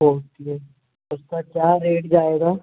okay उसका क्या rate जाएगा